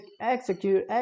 Execute